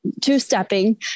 two-stepping